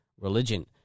religion